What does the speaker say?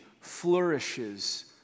flourishes